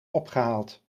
opgehaald